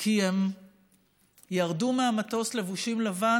כי הם ירדו מהמטוס לבושים לבן,